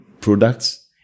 products